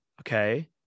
Okay